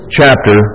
chapter